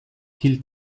hielt